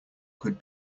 could